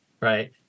right